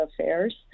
affairs